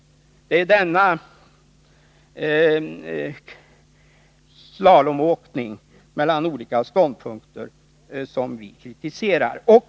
Det är denna slalomåkning mellan olika ståndpunkter som vi kritiserar.